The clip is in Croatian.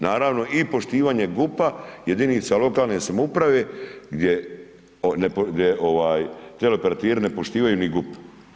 Naravno i poštivanje GUP-a jedinica lokalne samouprave gdje ovaj teleoperateri nepoštivaju ni GUP.